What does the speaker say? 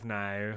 now